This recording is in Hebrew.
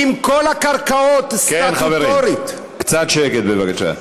אם כל הקרקעות סטטוטורית, חברים, קצת שקט, בבקשה.